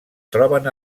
troben